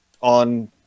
on